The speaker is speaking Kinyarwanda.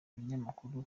binyamakuru